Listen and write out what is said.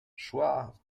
szła